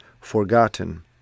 forgotten